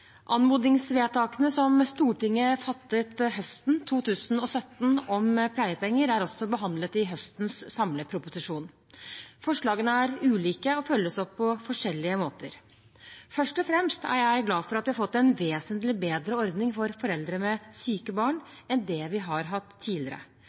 Anmodningsvedtakene om pleiepenger som Stortinget fattet høsten 2017, er også behandlet i høstens samleproposisjon. Forslagene er ulike og følges opp på forskjellige måter. Først og fremst er jeg glad for at vi har fått en vesentlig bedre ordning for foreldre med syke